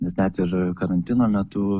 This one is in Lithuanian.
nes net ir karantino metu